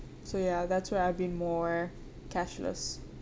so ya that's where I've been more cashless